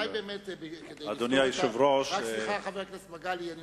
חבר הכנסת מגלי והבה,